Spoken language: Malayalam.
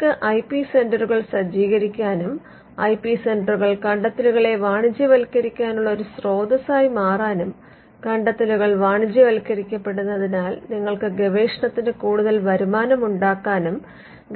നിങ്ങൾക്ക് ഐ പി സെന്ററുകൾ സജ്ജീകരിക്കാനും ഐ പി സെന്ററുകൾ കണ്ടെത്തലുകളെ വാണിജ്യവത്ക്കരിക്കാനുള്ള ഒരു സ്രോതസ്സായി മാറാനും കണ്ടെത്തലുകൾ വാണിജ്യവത്ക്കരിക്കപ്പെടുന്നതിനാൽ നിങ്ങൾക്ക് ഗവേഷണത്തിന് കൂടുതൽ വരുമാനമുണ്ടാക്കാനും